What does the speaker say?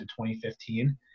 2015